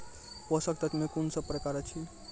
पोसक तत्व मे कून सब प्रकार अछि?